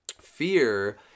fear